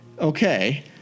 Okay